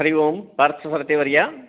Hari Om पार्थसार्थिवर्य